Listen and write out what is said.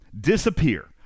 Disappear